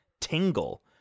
tingle